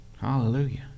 Hallelujah